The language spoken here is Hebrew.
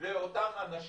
לאותם אנשים,